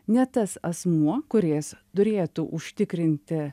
ne tas asmuo kuris turėtų užtikrinti